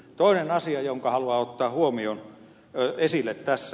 toinen asia jonka haluan ottaa esille tässä